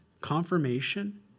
confirmation